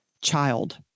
child